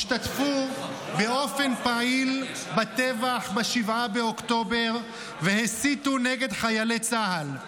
השתתפו באופן פעיל בטבח ב-7 באוקטובר והסיתו נגד חיילי צה"ל.